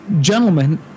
gentlemen